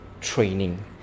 training